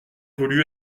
voulu